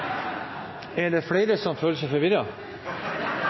er det flere ting som